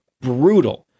brutal